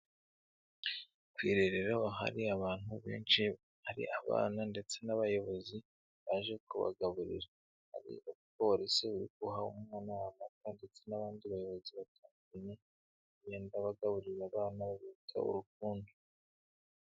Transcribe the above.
Ku irerero hari abantu benshi, hari abana ndetse n'abayobozi baje kubagaburira, hari umuporisi uri guha umwana, ndetse n'abandi bayobozi batandukanye bagenda bagaburira abana babereka urukundo.